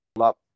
up